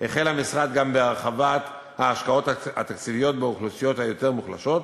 החל המשרד גם בהרחבת ההשקעות התקציביות באוכלוסיות היותר-מוחלשות,